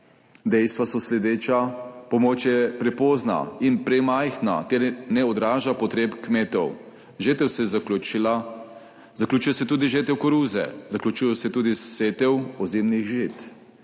Dejstva so sledeča, pomoč je prepozna in premajhna ter ne odraža potreb kmetov. Žetev se je zaključila, zaključuje se tudi žetev koruze, zaključuje se tudi setev ozimnih žit.